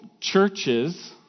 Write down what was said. churches